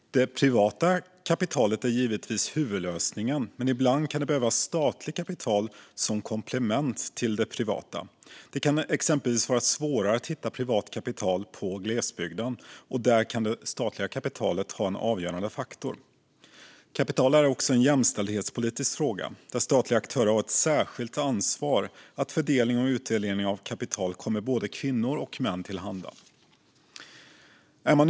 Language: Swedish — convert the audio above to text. Det privata kapitalet är givetvis huvudlösningen, men ibland kan det behövas statligt kapital som komplement till det privata. Det kan exempelvis vara svårare att hitta privat kapital i glesbygden, och där kan det statliga kapitalet vara en avgörande faktor. Kapital är också en jämställdhetspolitisk fråga, där statliga aktörer har ett särskilt ansvar för att fördelningen och utdelningen av kapital kommer både kvinnor och män till handa.